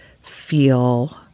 feel